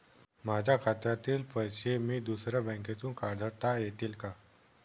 माझ्या खात्यातील पैसे मी दुसऱ्या बँकेतून काढता येतील का?